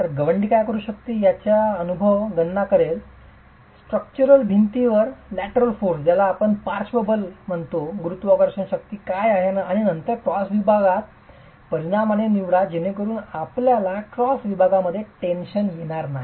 तर गवंडी काय करू शकते याचा अनुभवजन्य गणना करेल स्ट्रक्चरल भिंतीवर पार्श्व बल येत गुरुत्वाकर्षण शक्ती काय आहे आणि नंतर क्रॉस विभागात परिमाण ते निवडा जेनेकरुन आपल्याला क्रॉस विभागामध्ये टेन्शन येनार नाही